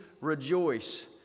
rejoice